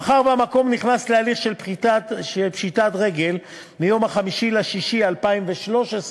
מאחר שהמקום נכנס להליך של פשיטת רגל ב-5 ביוני 2013,